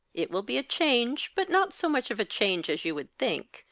it will be a change, but not so much of a change as you would think.